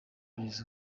kugeza